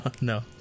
No